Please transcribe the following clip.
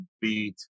beat